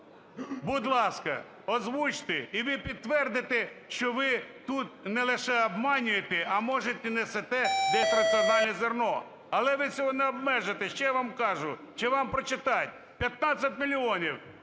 Будь ласка, озвучте, і ви підтвердите, що ви тут не лише обманюєте, а може й несете десь раціональне зерно. Але ви цього не обмежите. Ще я вам кажу, чи вам прочитать? 15 мільйонів